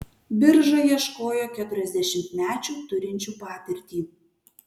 birža ieškojo keturiasdešimtmečių turinčių patirtį